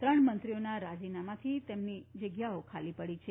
ત્રણ મંત્રીઓના રાજીનામાથી તેમની જગ્યાઓ ખાલી પડી છે